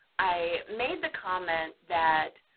i made the comment that